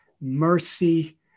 mercy